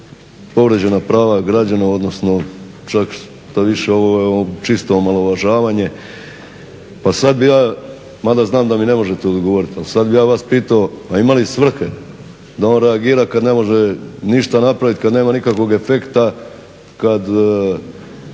povrijeđena prava građana, odnosno čak što više ovo je čisto omalovažavanje. Pa sad bi ja, ma da znam da mi ne možete odgovoriti, a sad bi ja vas pitao a ima li svrhe da on reagira kad ne može ništa napravit, kad nema nikakvog efekta, kad